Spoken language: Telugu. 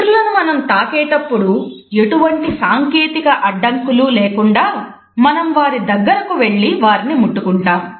ఇతరులను మనం తాకేటప్పుడు ఎటువంటి సాంకేతిక అడ్డంకులు లేకుండా మనం వారి దగ్గరకు వెళ్లి వారిని ముట్టుకుంటాము